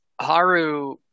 Haru